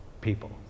people